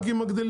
רק אם מגדילים.